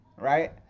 right